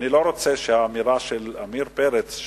אני לא רוצה שהאמירה של עמיר פרץ,